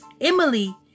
Emily